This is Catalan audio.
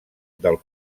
del